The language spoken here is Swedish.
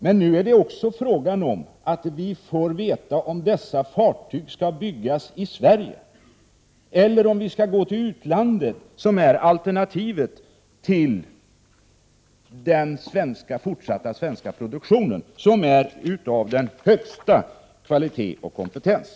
Men nu är det också frågan om att vi vill veta om dessa fartyg skall byggas i Sverige eller köpas i utlandet, som är alternativet till den fortsatta svenska produktionen, som är av den högsta kvalitet och kompetens.